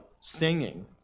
Singing